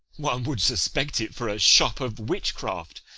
one would suspect it for a shop of witchcraft,